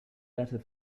better